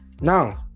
Now